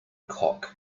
cock